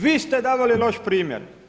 Vi ste davali loš primjer.